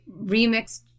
remixed